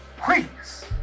Please